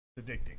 addicting